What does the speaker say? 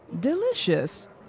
Delicious